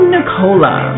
Nicola